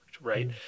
right